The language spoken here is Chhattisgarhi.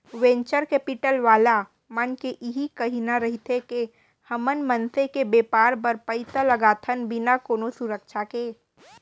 वेंचर केपिटल वाला मन के इही कहिना रहिथे के हमन मनसे के बेपार बर पइसा लगाथन बिना कोनो सुरक्छा के